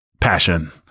passion